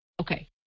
okay